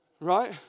right